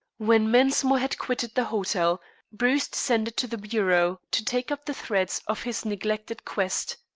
when mensmore had quitted the hotel bruce descended to the bureau to take up the threads of his neglected quest.